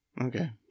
Okay